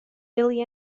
billy